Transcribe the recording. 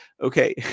Okay